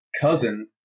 cousin